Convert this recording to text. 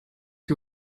que